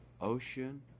ocean